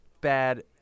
bad